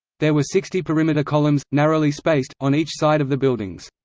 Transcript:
there were sixty perimeter columns, narrowly spaced, on each side of the buildings.